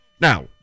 Now